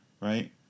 right